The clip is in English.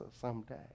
someday